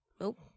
Nope